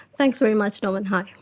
thanks very much norman, hi.